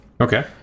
Okay